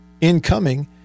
incoming –